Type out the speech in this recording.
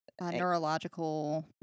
neurological